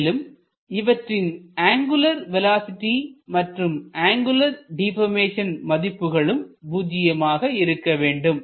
மேலும் இவற்றின் angular velocity மற்றும் அங்குலர் டிபர்மேசன் மதிப்புகளும் பூஜ்ஜியமாக இருக்கவேண்டும்